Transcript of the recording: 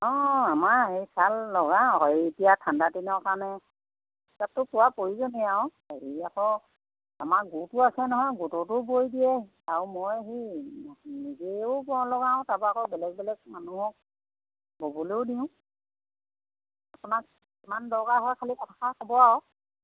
অঁ আমাৰ হেৰি শ্বাল লগাওঁ হেৰি এতিয়া ঠাণ্ডাদিনৰ কাৰণে স্কাৰ্পটো পোৱা প্ৰয়োজনেই আৰু হেৰি আকৌ আমাৰ গোটো আছে নহয় গোটতো বৈ দিয়ে আৰু মই সেই নিজেও লগাওঁ তাৰপৰা আকৌ বেলেগ বেলেগ মানুহক ব'বলৈয়ো দিওঁ আপোনাক কিমান দৰকাৰ হয় খালি কথাষাৰ ক'ব আৰু